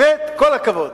באמת, כל הכבוד.